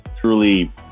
Truly